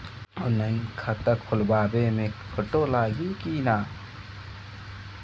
Online खाता खोलबाबे मे फोटो लागि कि ना?